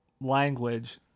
language